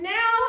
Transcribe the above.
Now